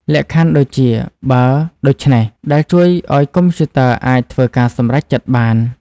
លក្ខខណ្ឌ ដូចជា "បើ...ដូច្នេះ..." ដែលជួយឱ្យកុំព្យូទ័រអាចធ្វើការសម្រេចចិត្តបាន។